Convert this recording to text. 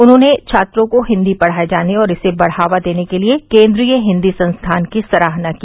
उन्होंने छात्रों को हिन्दी पढ़ाये जाने और इसे बढ़ावा देने के लिए केन्द्रीय हिन्दी संस्थान की सराहना की